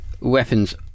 weapons